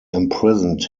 imprisoned